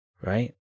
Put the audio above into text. right